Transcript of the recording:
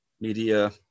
media